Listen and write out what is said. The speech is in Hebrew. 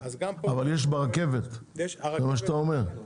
אבל יש ברכבת זה מה שאתה אומר?